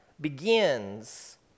begins